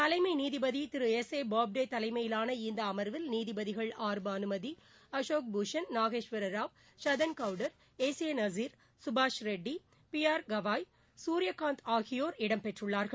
தலைமை நீதிபதி திரு எஸ் ஏ பாப்டே தலைமையிலான இந்த அமர்வில் நீதிபதிகள் R Banumathi Ashok Bhushan Nageswara Rao Shantanagoudar S A Nazeer கபாஷ் ரெட்டி பி ஆர் கவாய் குரியகாந்த் ஆகியோர் இடம்பெற்றுள்ளார்கள்